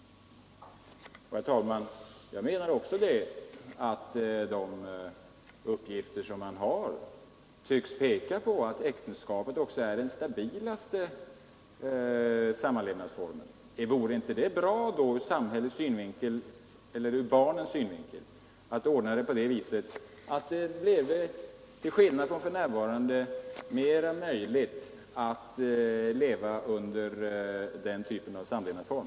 Herr talman! De uppgifter som man har tycks peka på att äktenskapet är den stabilaste samlevnadsformen. Vore det inte bra då ur barnens synvinkel att ordna det så att det till skillnad från för närvarande bleve mera möjligt att leva under den typen av samlevnadsform?